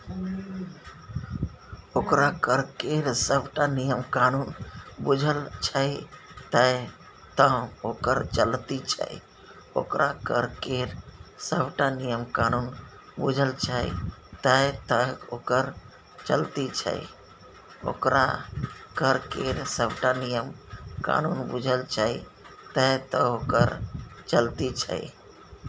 ओकरा कर केर सभटा नियम कानून बूझल छै तैं तँ ओकर चलती छै